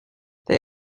they